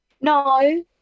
No